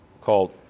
called